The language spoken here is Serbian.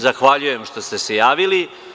Zahvaljujem što ste se javili.